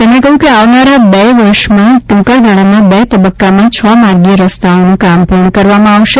તેમણે કહ્યું કે આવનારા બે વર્ષમાં ટૂંકાગાળામાં બે તબક્કામાં છ માર્ગીય રસ્તાઓનું કામ પૂર્ણ કરવામાં આવશે